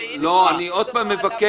לא, אני מבקש.